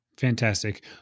Fantastic